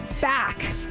back